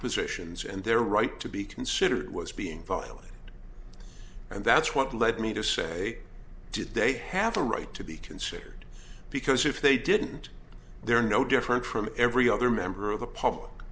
positions and their right to be considered was being violated and that's what led me to say did they have a right to be considered because if they didn't they're no different from every other member of the public